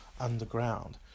underground